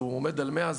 שעומד על 100,